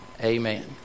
Amen